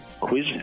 quiz